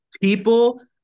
people